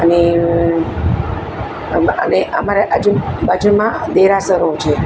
અને અને અમારા આજુબાજુમાં દેરાસરો છે